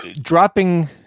Dropping